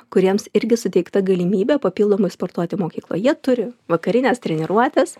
kuriems irgi suteikta galimybė papildomai sportuoti mokykloj jie turi vakarines treniruotes